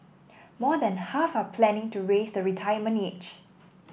more than half are planning to raise the retirement age